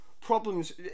problems